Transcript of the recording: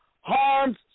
harms